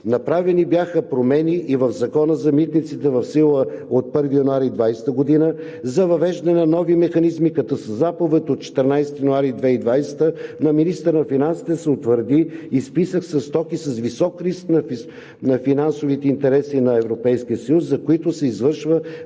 Направени бяха промени и в Закона за митниците, в сила от 1 януари 2020 г., за въвеждане на новия механизъм, като със Заповед от 14 януари 2020 г. на министъра на финансите се утвърди и списък със стоки с висок риск за финансовите интереси на Европейския съюз, за които се извършва